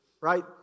Right